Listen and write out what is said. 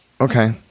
okay